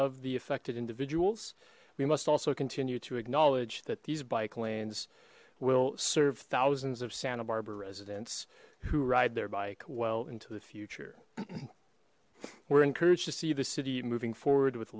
of the affected individuals we must also continue to acknowledge that these bike lanes will serve thousands of santa barbara residents who ride their bike well into the future we're encouraged to see the city moving forward with